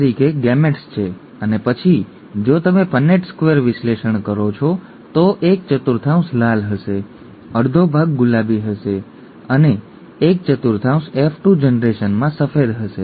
તમે આને વધુ આગળ લો તમારી પાસે F1 જનરેશનના CR CW અડધા અને અડધા તરીકેના ગેમેટ્સ છે અને પછી જો તમે પન્નેટ સ્ક્વેર વિશ્લેષણ કરો છો તો એક ચતુર્થાંશ લાલ હશે અડધો ભાગ ગુલાબી હશે અને એક ચતુર્થાંશ F2 જનરેશનમાં સફેદ હશે